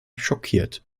schockiert